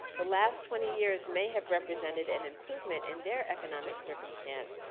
the last twenty years may have represented an improvement in their economic circumstance.